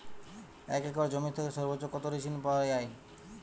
এক একর জমি থেকে সর্বোচ্চ কত কৃষিঋণ পাওয়া য়ায়?